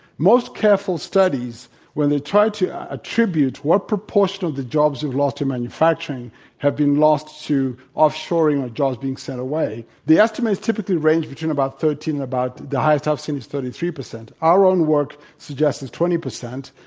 most careful studies when they try to attribute what proportion of the jobs we've lost to manufacturing have been lost to offshoring or jobs being sent away, the estimates typically range between about thirteen and the highest i've seen is thirty three percent. our own work suggests it's twenty percent.